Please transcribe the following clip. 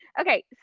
okay